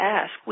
ask